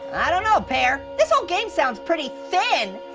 i don't know, pear. this whole game sounds pretty thin.